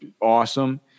awesome